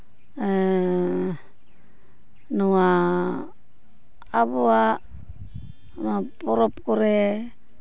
ᱱᱚᱣᱟ ᱟᱵᱚᱣᱟᱜ ᱱᱚᱣᱟ ᱯᱚᱨᱚᱵᱽ ᱠᱚᱨᱮ